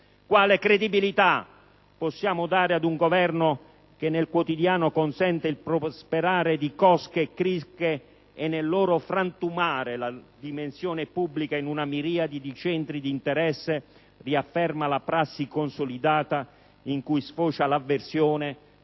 Quale credibilità possiamo dare ad un Governo che nel quotidiano consente il prosperare di cosche e cricche e, nel loro frantumare la dimensione pubblica in una miriade di centri di interesse, riafferma la prassi consolidata in cui sfocia l'avversione